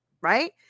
right